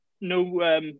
no